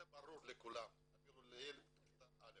זה ברור לכולם, אפילו לילד בכיתה א'.